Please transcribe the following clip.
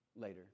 later